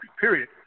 period